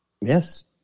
Yes